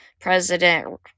President